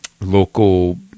local